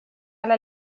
على